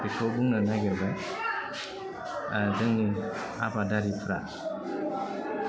बेखौ बुंनो नागिरबाय जोंनि आबादारिफ्रा